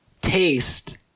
taste